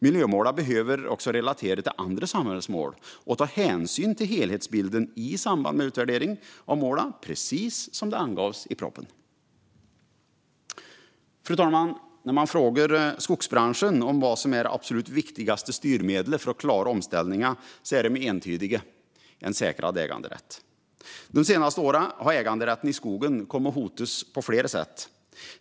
Miljömålen behöver också relatera till andra samhällsmål och ta hänsyn till helhetsbilden i samband med utvärderingar av målen, precis som det angavs i propositionen. Fru talman! När man frågar skogsbranschen vad som är det absolut viktigaste styrmedlet för att klara omställningen är den entydig - en säkrad äganderätt. De senaste åren har äganderätten i skogen kommit att hotas på flera sätt.